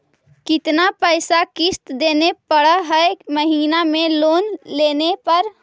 कितना पैसा किस्त देने पड़ है महीना में लोन लेने पर?